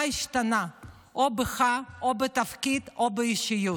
מה השתנה או בך או בתפקיד או באישיות?